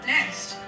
Next